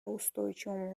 устойчивому